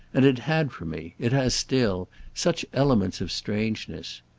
and it had for me it has still such elements of strangeness.